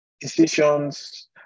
decisions